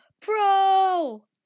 Pro